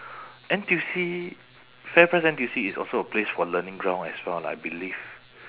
N_T_U_C fairprice N_T_U_C is also a place for learning ground as well lah I believe